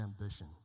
ambition